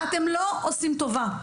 אתם לא עושים טובה.